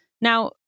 Now